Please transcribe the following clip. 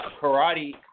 karate